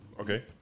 Okay